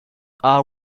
are